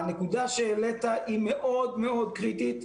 הנקודה שהעלית היא מאוד מאוד קריטית,